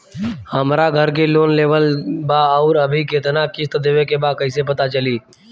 हमरा घर के लोन लेवल बा आउर अभी केतना किश्त देवे के बा कैसे पता चली?